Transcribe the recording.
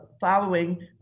Following